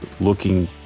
looking